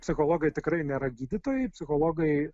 psichologai tikrai nėra gydytojai psichologai